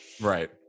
Right